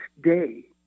day